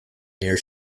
near